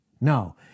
No